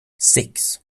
six